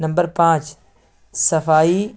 number پانچ صفائی